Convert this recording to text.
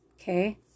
Okay